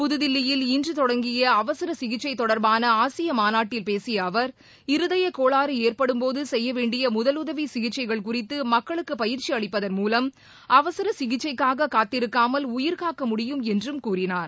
புதுதில்லியில் இன்று தொடங்கிய அவசர சிகிச்சை தொடர்பான ஆசிய மாநாட்டில் பேசிய அவர் இருதயகோளாறு ஏற்படும்போது செய்யவேண்டிய முதலுதவி சிகிச்சைகள் குறித்து மக்களுக்கு பயிற்சி அளிப்பதன் மூலம் அவசர சிகிச்சைக்காக காத்திருக்காமல் உயிர்காக்க முடியும் என்றும் கூறினார்